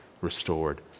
restored